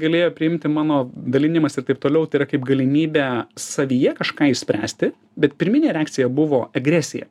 galėjo priimti mano dalinimas ir taip toliau yra kaip galimybę savyje kažką išspręsti bet pirminė reakcija buvo agresija